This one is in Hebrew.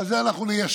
אבל את זה אנחנו ניישר.